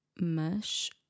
Mas